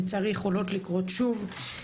לצערי יכולות לקרות שוב.